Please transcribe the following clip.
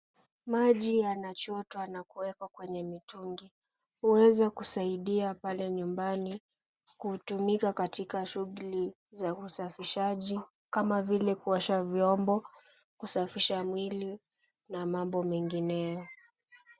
Maji yanachotwa na kuwekwa kwenye mitungi. Huweza kusaidia pale nyumbani kutumika katika shughuli za usafisaji kama vile kuosha vyombo, kusafisha mwili, na mambo mengineo.